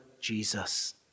Jesus